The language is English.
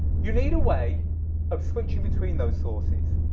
you need a way of switching between those sources